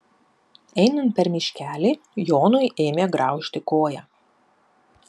einant per miškelį jonui ėmė graužti koją